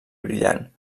brillant